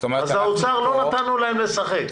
אז לא נתנו למשרד האוצר לשחק.